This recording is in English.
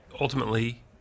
ultimately